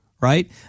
right